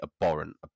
abhorrent